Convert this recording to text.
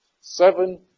seven